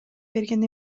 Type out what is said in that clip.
берген